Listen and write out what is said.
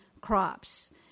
crops